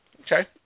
Okay